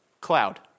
cloud